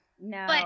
no